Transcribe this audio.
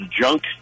junk